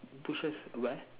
bushes where